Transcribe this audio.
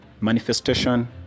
Manifestation